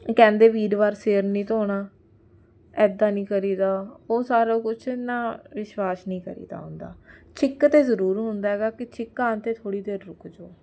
ਕਹਿੰਦੇ ਵੀਰਵਾਰ ਸਿਰ ਨਹੀਂ ਧੋਣਾ ਇੱਦਾਂ ਨਹੀਂ ਕਰੀਦਾ ਉਹ ਸਾਰਾ ਕੁਝ ਨਾ ਵਿਸ਼ਵਾਸ ਨਹੀਂ ਕਰੀਦਾ ਹੁੰਦਾ ਛਿੱਕ 'ਤੇ ਜ਼ਰੂਰ ਹੁੰਦਾ ਹੈਗਾ ਕਿ ਛਿੱਕਾਂ ਆਉਣ 'ਤੇ ਥੋੜ੍ਹੀ ਦੇਰ ਰੁਕ ਜੋ